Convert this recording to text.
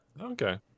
Okay